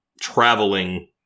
traveling